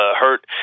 hurt